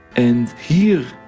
and here,